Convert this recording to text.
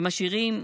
ומשאירים,